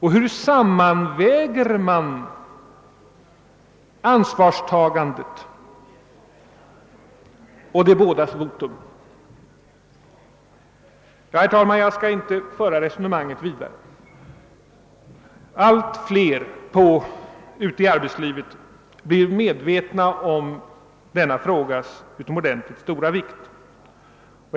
Hur sammanväger man ansvarstagandet och de bådas votum? : Jag skall inte nu föra detta resonemang vidare. Allt fler ute i arbetslivet blir emellertid medvetna om denna frågas utomordentligt: stora vikt.